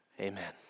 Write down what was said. Amen